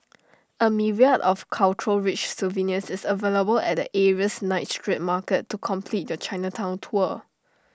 A myriad of cultural rich souvenirs is available at the area's night street market to complete your Chinatown tour